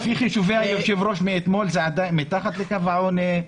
לפי חישובי היושב-ראש מאתמול זה מתחת לקו העוני?